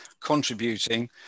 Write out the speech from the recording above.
contributing